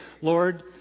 Lord